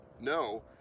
No